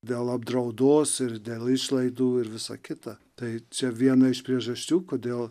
dėl apdraudos ir dėl išlaidų ir visa kita tai čia viena iš priežasčių kodėl